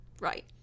right